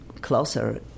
closer